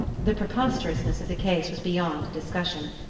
the preposterousness of the case was beyond discussion,